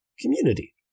community